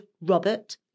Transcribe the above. Robert